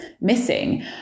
missing